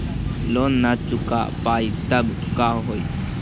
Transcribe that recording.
Loan न चुका पाई तब का होई?